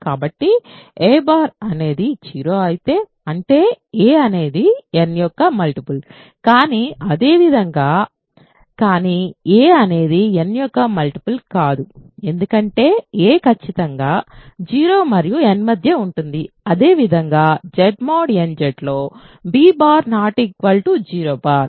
కాబట్టి a అనేది 0 అయితే అంటే a అనేది n యొక్క మల్టిపుల్ కానీ అదే విధంగా కానీ a అనేది n యొక్క మల్టిపుల్ కాదు ఎందుకంటే a ఖచ్చితంగా 0 మరియు n మధ్య ఉంటుంది అదే విధంగా Z mod nZ లో b 0